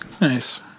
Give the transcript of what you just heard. Nice